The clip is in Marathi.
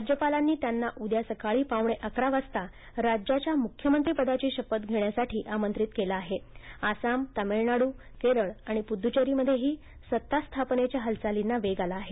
राज्यपालांनी त्यांना उद्या सकाळी पावणे अकरा वाजता राज्याच्या मुख्यमंत्री पदाची शपथ घेण्यासाठी आमंत्रित केलं आहे आसाम तामिळनाडू केरळ आणि पुहु चेरीमध्येही सत्तास्थापनेच्या हालचार्लीना वेग आला आहे